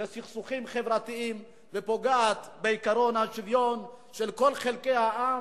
לסכסוכים חברתיים ופוגעת בעקרון השוויון של כל חלקי העם.